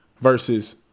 versus